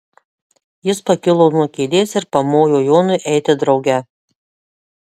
jis pakilo nuo kėdės ir pamojo jonui eiti drauge